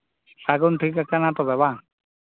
ᱥᱟᱹᱜᱩᱱ ᱴᱷᱤᱠ ᱟᱠᱟᱱᱟ ᱛᱚᱵᱮ ᱵᱟᱝ